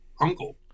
uncle